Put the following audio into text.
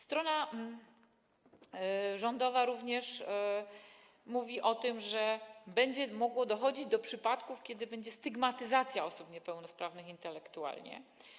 Strona rządowa mówi również o tym, że będzie mogło dochodzić do przypadków, kiedy będzie stygmatyzacja osób niepełnosprawnych intelektualnie.